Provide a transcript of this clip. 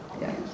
Yes